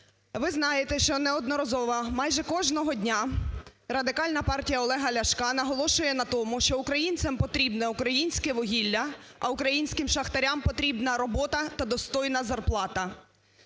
Ви знаєте, що неодноразово, майже кожного дня Радикальна партія Олега Ляшка наголошує на тому, що українцям потрібне українське вугілля, а українським шахтарям потрібна робота та достойна зарплата.